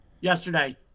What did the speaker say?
yesterday